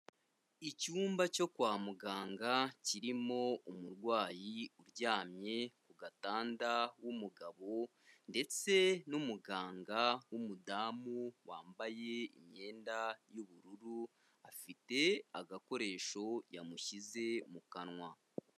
Icyumba cyo kwa muganga kirimo umurwayi uryamye ku gatanda w'umugabo ndetse n'umuganga w'umudamu, wambaye imyenda y'ubururu afite agakoresho yamushyize mu kanwa.